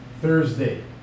Thursday